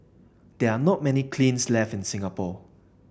there are not many kilns left in Singapore